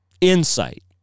insight